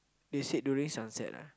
they said during sunset lah